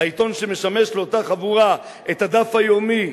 העיתון שמשמש לאותה חבורה "הדף היומי".